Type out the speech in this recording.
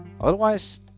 Otherwise